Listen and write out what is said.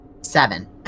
Seven